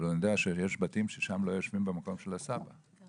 אבל אני יודע שיש בתים ששם לא יושבים במקום של הסבא או